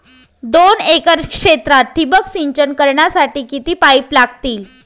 दोन एकर क्षेत्रात ठिबक सिंचन करण्यासाठी किती पाईप लागतील?